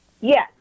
Yes